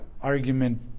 argument